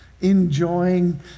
enjoying